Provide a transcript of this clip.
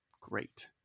great